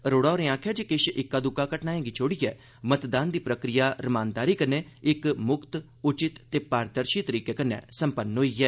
अरोड़ा होरें आखेआ जे किश इक्का दुक्का घटनाएं गी छोड़ियै मतदान दी प्रक्रिया रमानदारी कन्नै इक म्क्त उचित ते पारदर्शी तरीके राएं संपन्न होई ऐ